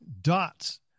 dots